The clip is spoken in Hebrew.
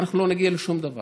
לא נגיע לשום דבר.